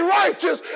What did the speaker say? righteous